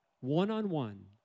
one-on-one